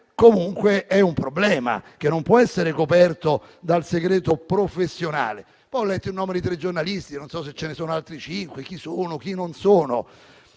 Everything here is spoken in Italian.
comunque un problema che non può essere coperto dal segreto professionale. Poi ho letto il nome di tre giornalisti e non so se ce ne sono altri cinque e chi siano.